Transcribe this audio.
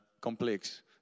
complex